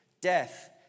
death